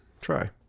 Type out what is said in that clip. try